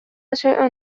شيء